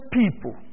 people